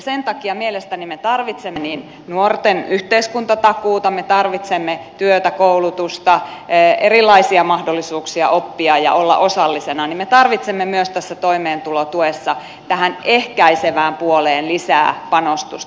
sen takia mielestäni me tarvitsemme niin nuorten yhteiskuntatakuuta me tarvitsemme työtä koulutusta erilaisia mahdollisuuksia oppia ja olla osallisena kuin me tarvitsemme myös tässä toimeentulotuessa tähän ehkäisevään puoleen lisää panostusta